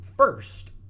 first